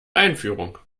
einführung